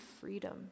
freedom